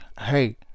hey